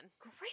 great